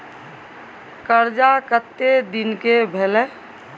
कर्जा कत्ते दिन के भेलै?